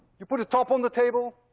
you put a top on the table,